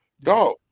dog